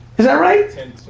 is that right? ten